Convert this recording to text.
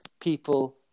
people